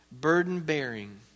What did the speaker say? Burden-bearing